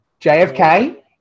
JFK